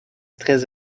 très